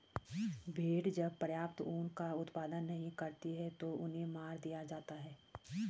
भेड़ें जब पर्याप्त ऊन का उत्पादन नहीं करती हैं तो उन्हें मार दिया जाता है